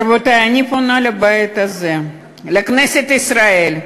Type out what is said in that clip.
רבותי, אני פונה לבית הזה, לכנסת ישראל,